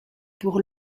pour